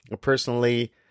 Personally